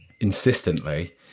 insistently